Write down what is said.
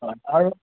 হয় আৰু